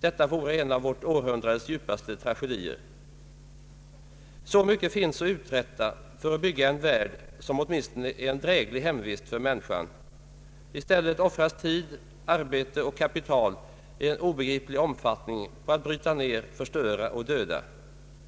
Detta vore en av vårt århundrades djupaste tragedier. Så mycket finns att uträtta för att bygga en värld, som åtminstone är en dräglig hemvist för människan. I stället offras tid, arbete och kapital i en obegriplig omfattning för att bryta ner, förstöra och döda.